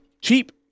cheap